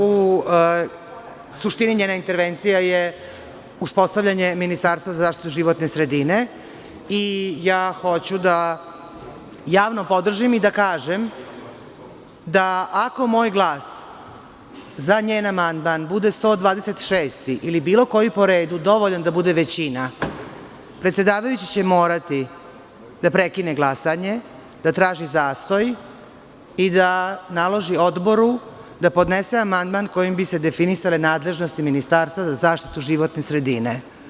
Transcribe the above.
U suštini, njena intervencija je uspostavljanje ministarstva za zaštitu životne sredine i ja hoću da javno podržim i da kažem da, ako moj glas za njen amandman bude 126. ili bilo koji po redu dovoljan da bude većina, predsedavajući će morati da prekine glasanje, da traži zastoj i da naloži odboru da podnese amandman kojim bi se definisale nadležnosti Ministarstva za zaštitu životne sredine.